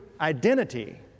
identity